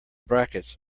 brackets